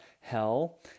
hell